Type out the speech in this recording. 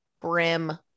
brim